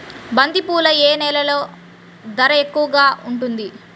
బంతిపూలు ఏ నెలలో ధర ఎక్కువగా ఉంటుంది?